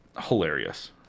hilarious